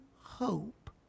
hope